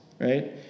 right